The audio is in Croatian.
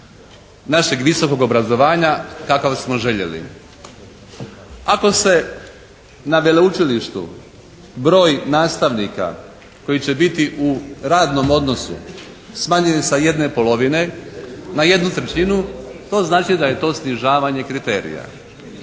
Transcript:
našeg visokog obrazovanja kakav smo željeli. Ako se na veleučilištu broj nastavnika koji će biti u radnom odnosu smanjuju sa 1/2 na 1/3 to znači da je to snižavanje kriterija,